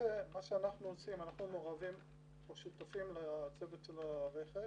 אנחנו שותפים לצוות של הרכש.